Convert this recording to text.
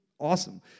awesome